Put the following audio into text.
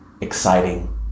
exciting